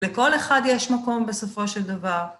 לכל אחד יש מקום בסופו של דבר.